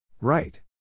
Right